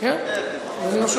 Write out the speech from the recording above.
ראשון הדוברים,